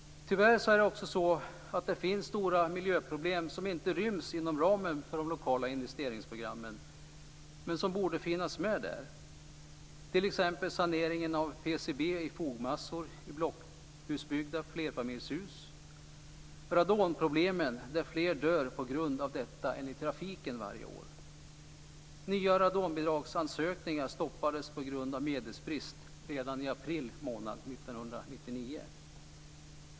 Tyvärr finns det också stora miljöproblem som inte ryms inom ramen för de lokala investeringsprogrammen, men som borde finnas med där. Det gäller t.ex. saneringen av PCB i fogmassor i blockhusbyggda flerfamiljshus, och radonproblemen. Fler dör på grund av detta än i trafiken varje år. Nya radonbidragsansökningar stoppades på grund av medelsbrist redan i april månad 1999.